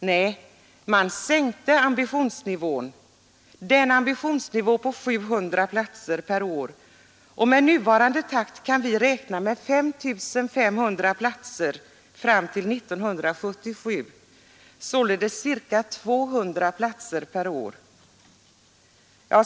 Nej, man sänkte ambitionsnivån — den ambitionsnivå som innebar 700 platser per år — och med nuvarande takt kan vi räkna med 5 500 platser fram till år 1977, således ca 200 platser per år.